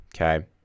okay